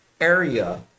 area